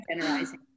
generalizing